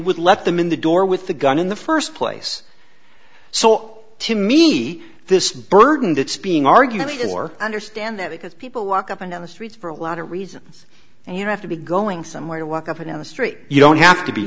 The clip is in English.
would let them in the door with the gun in the first place so to me this burden that's being argued in or understand that because people walk up and down the streets for a lot of reasons and you have to be going somewhere to walk up and down the street you don't have to be